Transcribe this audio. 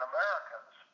Americans